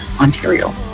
Ontario